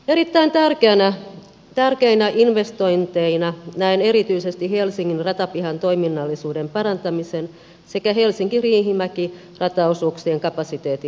erittäin tärkeinä investointeina näen erityisesti helsingin ratapihan toiminnallisuuden parantamisen sekä helsinkiriihimäki rataosuuksien kapasiteetin lisäämisen